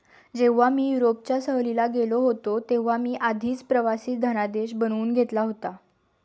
जेव्हा मी युरोपच्या सहलीला गेलो होतो तेव्हा मी आधीच प्रवासी धनादेश बनवून घेतला होता